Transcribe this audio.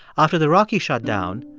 after the rocky shut down,